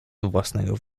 własnego